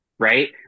Right